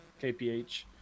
kph